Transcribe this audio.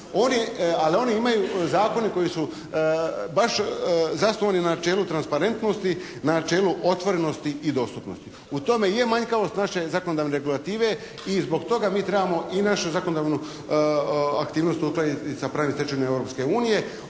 ali one imaju zakone koji su baš zasnovani na načelu transparentnosti, na načelu otvorenosti i dostupnosti. U tome i je manjkavost naše zakonodavne regulative i zbog toga mi trebamo i našu zakonodavnu aktivnost u toj, sa pravnim stečevinama